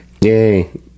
yay